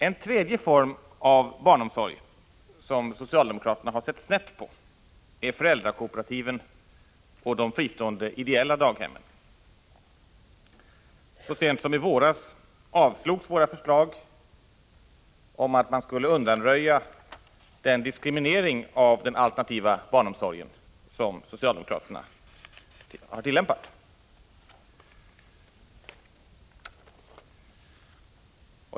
En tredje form av barnomsorg, som socialdemokraterna har sett snett på, är föräldrakooperativen och de fristående ideella daghemmen. Så sent som i våras avslogs våra förslag om att man skulle undanröja den diskriminering av den alternativa barnomsorgen som socialdemokraterna har tillämpat.